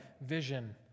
vision